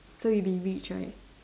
so you'll be rich right